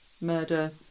murder